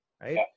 right